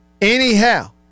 Anyhow